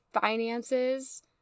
Finances